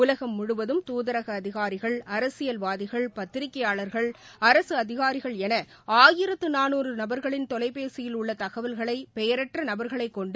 உலகம் முழுவதும் தூதரக அதிகாரிகள் அரசியல்வாதிகள் பத்திரிக்கையாளர்கள் அரசு அதிகாரிகள் என ஆயிரத்து நானுறு நபர்களின் தொலைபேசியில் உள்ள தகவல்களை பெயரற்ற நபர்களை கொண்டு